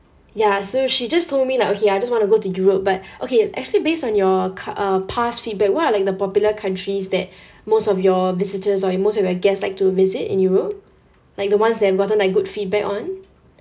ya so she just told me like okay I just want to go to europe but okay actually based on your ca~ uh past feedback what are like the popular countries that most of your visitors or most of your guest like to visit in europe like the ones that had gotten like good feedback on